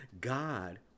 God